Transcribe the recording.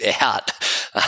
out